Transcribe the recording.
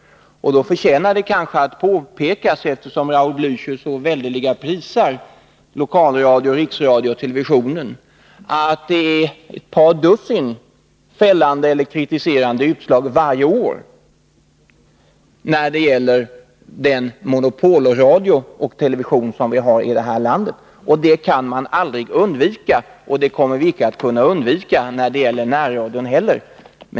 Då förtjänar det kanske att påpekas, eftersom Raul Blächer så väldeliga prisar dessa medier, att det är ett par dussin fällande eller kritiserande utslag varje år när det gäller den monopolradio och TV som vi har här i landet. Detta kan man aldrig undvika, och det kommer vi icke att kunna undvika när det gäller närradion heller.